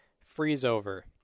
freeze-over